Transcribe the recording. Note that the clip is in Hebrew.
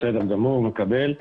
בסדר גמור, מקבל.